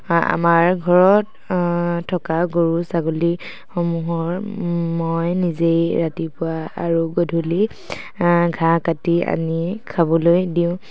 আমাৰ ঘৰত থকা গৰু ছাগলীসমূহৰ মই নিজেই ৰাতিপুৱা আৰু গধূলি ঘাঁহ কাটি আনি খাবলৈ দিওঁ